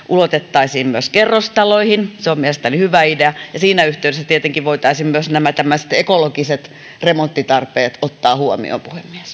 ulotettaisiin myös kerrostaloihin se on mielestäni hyvä idea siinä yhteydessä tietenkin voitaisiin myös ekologiset remonttitarpeet ottaa huomioon puhemies